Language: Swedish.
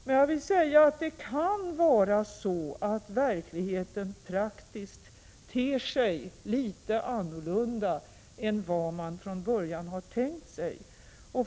Men jag vill framhålla att det kan vara så, att verkligheten praktiskt ter sig litet annorlunda än vad man från början tänkte sig.